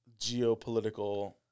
geopolitical